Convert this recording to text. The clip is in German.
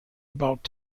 about